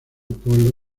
pueblo